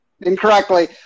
incorrectly